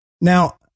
Now